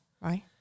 Right